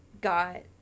got